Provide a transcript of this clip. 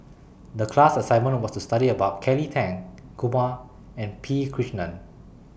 The class assignment was to study about Kelly Tang Kumar and P Krishnan